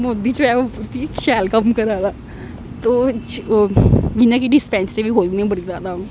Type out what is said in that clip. मोदी च शैल कम्म करा दा तो इयां कि डिस्पैंसरी बी ख द बड़ी ज्यादा